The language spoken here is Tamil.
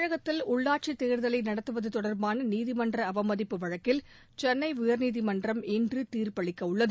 தமிழகத்தில் உள்ளாட்சித் தேர்தலை நடத்துவது தொடர்பான நீதிமன்ற அவமதிப்பு வழக்கில் சென்னை உயர்நீதிமன்றம் இன்று தீர்ப்பளிக்கவுள்ளது